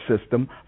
system